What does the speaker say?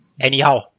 Anyhow